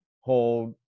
hold